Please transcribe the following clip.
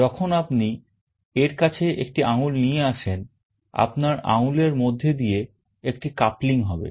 যখন আপনি এর কাছে একটি আঙ্গুল নিয়ে আসেন আপনার আঙ্গুলের মধ্যে দিয়ে একটি coupling হবে